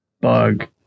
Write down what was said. bug